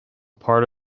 part